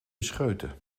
scheuten